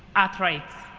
earthrights,